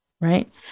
Right